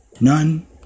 None